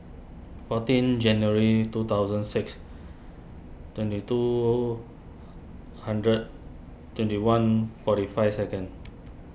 fourteen January two thousand six twenty two hundred twenty one forty five second